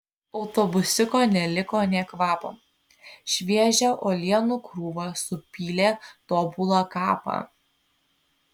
autobusiuko neliko nė kvapo šviežia uolienų krūva supylė tobulą kapą